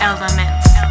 Elements